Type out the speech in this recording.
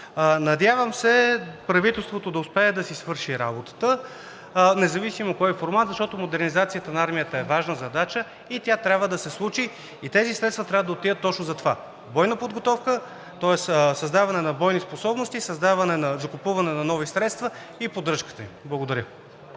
Надявам се правителството да успее да си свърши работата, независимо кой формат, защото модернизацията на армията е важна задача. Тя трябва да се случи и тези средства трябва да отидат точно за това – бойна подготовка, тоест създаване на бойни способности, закупуване на нови средства и поддръжката им. Благодаря.